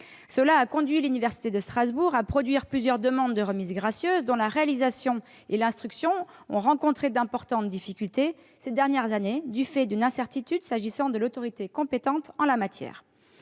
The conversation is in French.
Cela a conduit l'université de Strasbourg à produire plusieurs demandes de remise gracieuse dont la réalisation et l'instruction ont rencontré d'importantes difficultés ces dernières années du fait d'une incertitude s'agissant de l'autorité compétente en la matière.